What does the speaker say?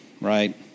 right